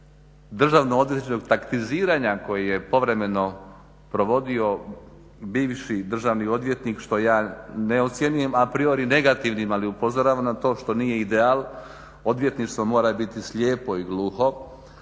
Državnog odvjetničkog taktiziranja koji je povremeno provodio bivši državni odvjetnik što ja ne ocjenjujem a priori negativnim, ali upozoravam na to što nije ideal, odvjetništvo mora biti slijepo i glupo.